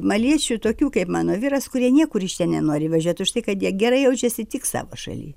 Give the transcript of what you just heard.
maliešių tokių kaip mano vyras kurie niekur iš čia nenori važiuot už tai kad jie gerai jaučiasi tik savo šaly